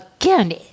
again